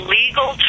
legal